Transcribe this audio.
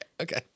Okay